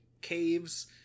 caves